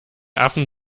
affen